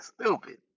stupid